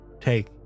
take